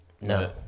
No